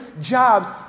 jobs